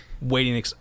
waiting